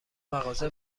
مغازه